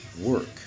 work